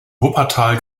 wuppertal